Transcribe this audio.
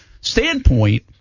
standpoint